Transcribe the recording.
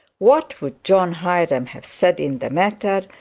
what would john hiram have said in the matter,